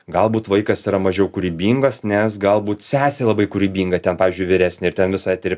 galbūt vaikas yra mažiau kūrybingas nes galbūt sesė labai kūrybinga ten pavyzdžiui vyresnė ir ten visą eterį